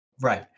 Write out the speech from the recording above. Right